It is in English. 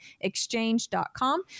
exchange.com